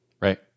right